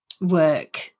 work